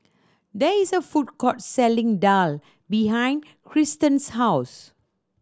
there is a food court selling daal behind Kirsten's house